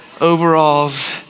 overalls